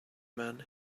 man